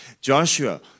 Joshua